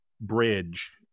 bridge